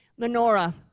menorah